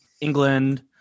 England